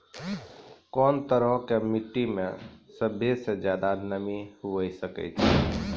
कोन तरहो के मट्टी मे सभ्भे से ज्यादे नमी हुये सकै छै?